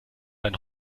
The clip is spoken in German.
ein